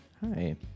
Hi